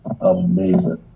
amazing